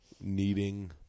needing